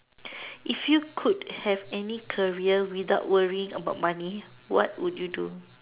if you could have any career without worrying about money what would you do